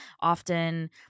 often